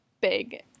big